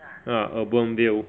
ah UrbanVille